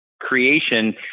creation